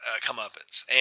comeuppance